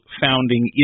founding